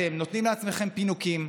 אתם נותנים לעצמכם פינוקים.